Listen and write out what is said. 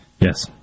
Yes